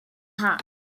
hat